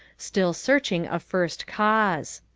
still searching a first cause.